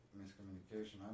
miscommunication